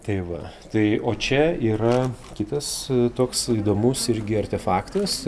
tai va tai o čia yra kitas toks įdomus irgi artefaktas